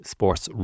Sports